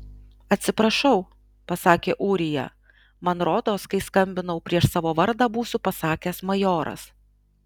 atsiprašau pasakė ūrija man rodos kai skambinau prieš savo vardą būsiu pasakęs majoras